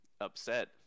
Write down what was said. upset